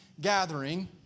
gathering